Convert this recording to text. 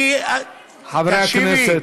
חברי הכנסת.